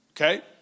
Okay